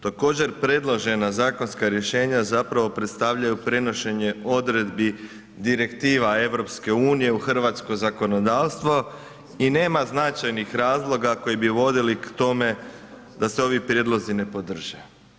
Također predložena zakonska rješenja zapravo predstavljaju prenošenje odredbi direktiva EU u hrvatsko zakonodavstvo i nema značajnih razloga koji bi vodili k tome da se ovi prijedlozi ne podrže.